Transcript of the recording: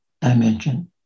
dimension